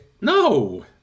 No